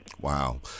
Wow